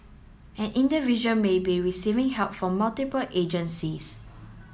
an individual may be receiving help from multiple agencies